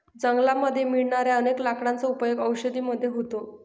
जंगलामध्ये मिळणाऱ्या अनेक लाकडांचा उपयोग औषधी मध्ये होतो